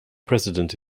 president